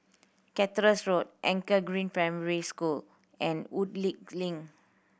Cactus Road Anchor Green Primary School and Woodleigh Link